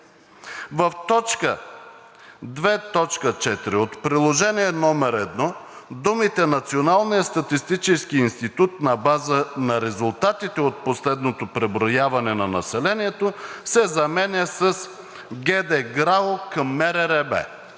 „В т. 2.4 от Приложение № 1 думите „Националният статистически институт на база на резултатите от последното преброяване на населението“ се заменя с „ГД ГРАО към МРРБ“.